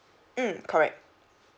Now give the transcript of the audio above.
mm correct